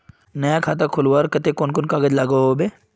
नया खाता खोलवार केते कुन कुन कागज लागोहो होबे?